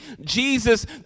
Jesus